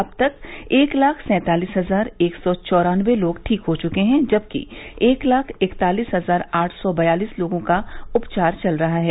अब तक एक लाख सैंतालीस हजार एक सौ चौरानबे लोग ठीक हो चुके हैं जबकि एक लाख इकतालीस हजार आठ सौ बयालीस लोगों का उपचार चल रहा है